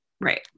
Right